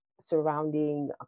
surrounding